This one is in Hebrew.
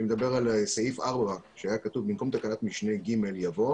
אני מדבר על סעיף 4 שהיה כתוב "במקום תקנת משנה (ג) יבוא"